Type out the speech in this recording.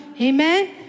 Amen